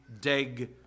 dig